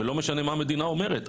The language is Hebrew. ולא משנה מה המדינה אומרת,